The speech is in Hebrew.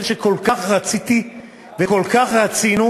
שכל כך רציתי וכל כך רצינו,